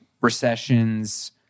recessions